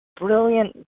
brilliant